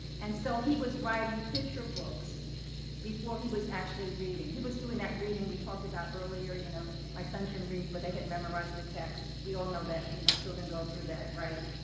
and so, he was writing picture books before he was actually reading. he was doing that reading we talked about earlier, you know, my son can read, but they had memorized the text. we all know that. you know, children go through that, right?